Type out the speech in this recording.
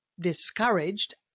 discouraged